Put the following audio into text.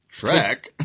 Shrek